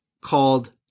called